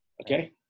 okay